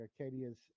Arcadia's